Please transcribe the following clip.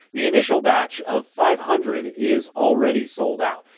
the initial batch of five hundred is already sold out.